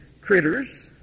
critters